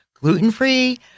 gluten-free